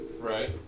Right